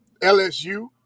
LSU